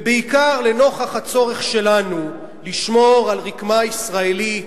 ובעיקר לנוכח הצורך שלנו לשמור על רקמה ישראלית